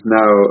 now